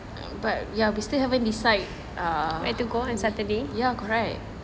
but ya we still haven't decide ya correct